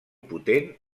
potent